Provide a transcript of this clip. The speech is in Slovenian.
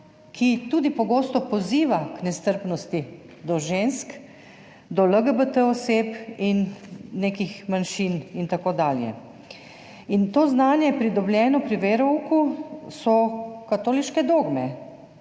ki pogosto tudi poziva k nestrpnosti do žensk, do LGBT oseb, nekih manjšin in tako dalje. In to znanje, pridobljeno pri verouku, so katoliške dogme